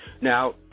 Now